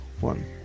one